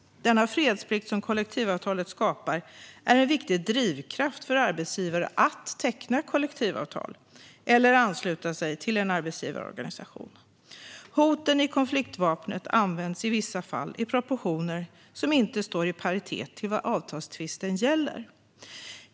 Denna fredsplikt som kollektivavtalet skapar är en viktig drivkraft för arbetsgivare att teckna kollektivavtal eller ansluta sig till en arbetsgivarorganisation. Hoten i konfliktvapnet används i vissa fall i proportioner som inte står i paritet med vad avtalstvisten gäller.